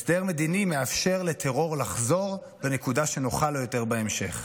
הסדר מדיני מאפשר לטרור לחזור לנקודה שבה נוכל לו יותר בהמשך.